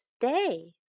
day